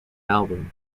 album